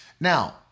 Now